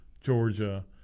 Georgia